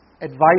advice